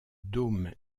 dôme